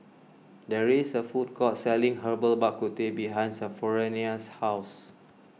there is a food court selling Herbal Bak Ku Teh behind Sophronia's house